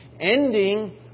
ending